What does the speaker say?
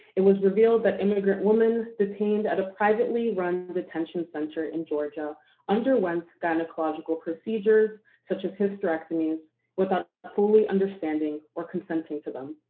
it was revealed that immigrant women detained at a privately-run detention center in georgia underwent gynecological procedures, such as hysterectomies, without fully understanding or consenting to them.